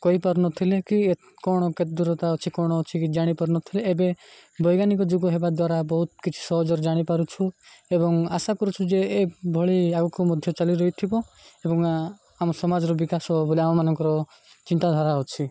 କହିପାରୁନଥିଲେ କି କ'ଣ କେତେ ଦୂରତା ଅଛି କ'ଣ ଅଛି କି ଜାଣିପାରୁନଥିଲେ ଏବେ ବୈଜ୍ଞାନିକ ଯୁଗ ହେବା ଦ୍ୱାରା ବହୁତ କିଛି ସହଜରେ ଜାଣିପାରୁଛୁ ଏବଂ ଆଶା କରୁଛୁ ଯେ ଏଭଳି ଆଗକୁ ମଧ୍ୟ ଚାଲି ରହିଥିବ ଏବଂ ଆମ ସମାଜର ବିକାଶ ବୋଲି ଆମମାନଙ୍କର ଚିନ୍ତାଧାରା ଅଛି